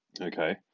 Okay